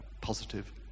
positive